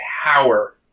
power